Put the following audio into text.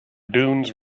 dunes